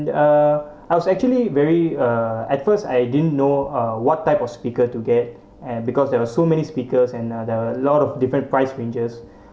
uh I was actually very uh at first I didn't know uh what type of speaker to get and because there are so many speakers and uh there're a lot of different price ranges